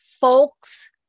Folks